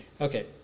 Okay